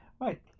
Right